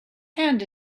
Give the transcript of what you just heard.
hand